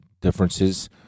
differences—